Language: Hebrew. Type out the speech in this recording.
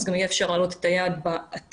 יהיה אפשר להעלות את היעד בעתיד.